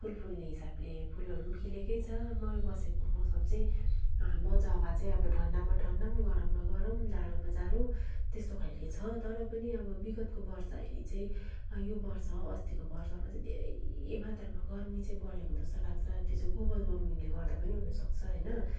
फुल फुल्ने हिसाबले फुलहरू पनि खिलेकै छ म बसेको मौसम चाहिँ हाम्रो जग्गा चाहिँ अब ठन्डामा ठन्डा पनि गरममा गरम जाडोमा जाडो त्यस्तो खालको छ तर पनि अब बिगतको वर्ष हेरी चाहिँ यो वर्ष अस्तिको वर्षमा चाहिँ धेरै मात्रामा गर्मी चाहिँ बढेको जस्तो लाग्छ त्यो चाहिँ ग्लोबल वर्मिङले गर्दा पनि हुनुसक्छ होइन